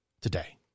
today